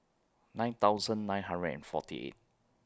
nine thousand nine hundred and forty eight